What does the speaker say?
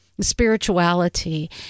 spirituality